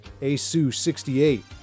ASU68